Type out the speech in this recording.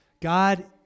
God